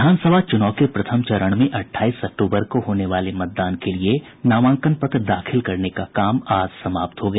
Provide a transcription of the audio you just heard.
विधानसभा चूनाव के प्रथम चरण में अठाईस अक्टूबर को होने वाले मतदान के लिये नामांकन पत्र दाखिल करने का काम आज समाप्त हो गया